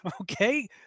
Okay